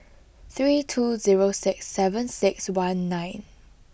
three two zero six seven six one nine